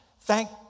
Thank